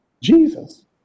Jesus